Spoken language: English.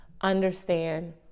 understand